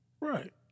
Right